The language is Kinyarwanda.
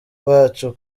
wacu